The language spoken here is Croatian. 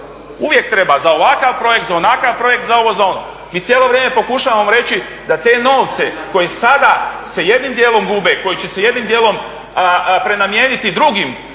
Uvijek treba, za ovakav projekt, za onakav projekt, za ovo, za ono. Mi cijelo vrijeme pokušavamo reći da te novce koji sada se jednim dijelom gube, koji će se jednim dijelom prenamijeniti drugim